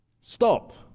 Stop